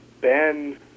Ben